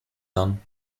done